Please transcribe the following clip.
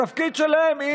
מה התפקיד שלכם, התפקיד שלהם,